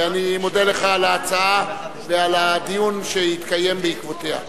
ואני מודה לך על ההצעה ועל הדיון שהתקיים בעקבותיה.